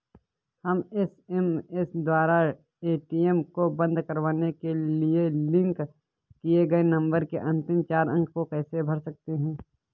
हम एस.एम.एस द्वारा ए.टी.एम को बंद करवाने के लिए लिंक किए गए नंबर के अंतिम चार अंक को कैसे भर सकते हैं?